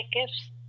gifts